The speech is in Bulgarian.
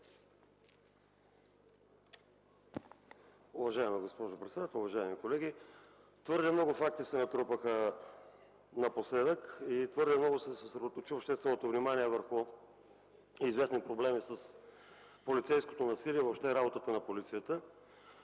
Уважаема госпожо председател, уважаеми колеги! Твърде много факти се натрупаха напоследък и твърде много се съсредоточи общественото внимание върху известни проблеми с полицейското насилие – въобще работата на полицията.